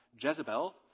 Jezebel